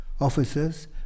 officers